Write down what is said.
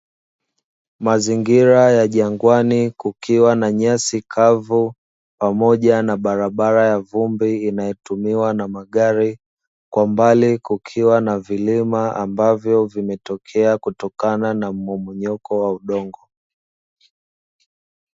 Mazingira ya jangwani kukiwa na nyasi kavu pamoja na barabra ya vumbi inayotumiwa na magari, kwa mbali kukiwa na vilima ambavyo vilivyotokoea kutokana na mmomonyoko wa udongo.